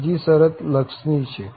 બીજી શરત લક્ષની છે